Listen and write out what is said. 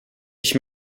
ich